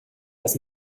dass